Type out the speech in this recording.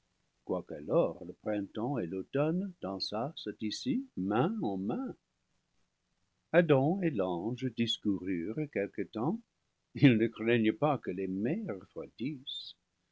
alors le printemps et l'automne dansassent ici main en main adam et l'ange discoururent quelque temps ils ne craignaient pas que les mets